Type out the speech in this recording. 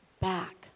back